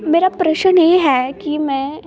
ਮੇਰਾ ਪ੍ਰਸ਼ਨ ਇਹ ਹੈ ਕਿ ਮੈਂ